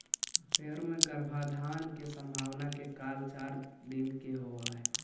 भेंड़ के गर्भाधान के संभावना के काल चार दिन के होवऽ हइ